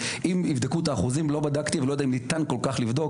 אם יבדקו את האחוזים לא בדקתי ואני לא יודע אם ניתן כל כך לבדוק